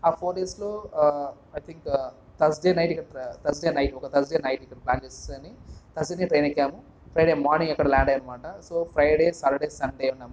ఆ ఫోర్ డేస్లో I think Thursday night ఇక్కడ థర్స్డే నైట్ ఒక థర్స్డే నైట్ ఇక్కడ ప్ల్యాన్ చేసేసుకుని థర్స్డేనే ట్రైన్ ఎక్కాము ఫ్రైడే మార్నింగ్ అక్కడ ల్యాండ్ అయ్యాం అనమాట సో ఫ్రైడే సాటర్డే సన్డే ఉన్నాం